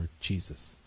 Jesus